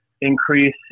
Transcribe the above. increase